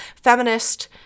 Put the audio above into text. feminist